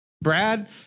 Brad